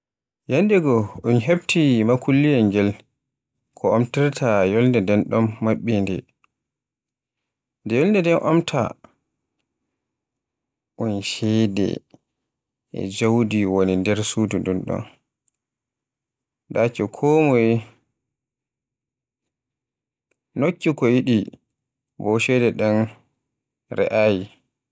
Ñyaldegoo un hefti makulliyel ngel ko omtirta yolnde den don maɓɓinde. Nden yolnde nden omta, un ceede e jawdi woni nder suudu ndun ɗon. Daaki konmoye nokki ko yiɗi, bo ceede den re'ayi.